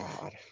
god